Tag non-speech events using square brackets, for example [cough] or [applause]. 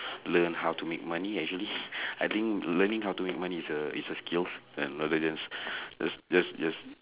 learning how to make money actually [breath] I think learning how to make money is a is a skill uh rather then just [breath] just just just